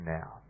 now